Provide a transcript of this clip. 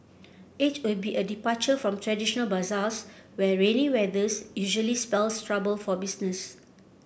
it will be a departure from traditional bazaars where rainy weathers usually spells trouble for business